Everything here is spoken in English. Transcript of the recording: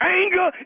anger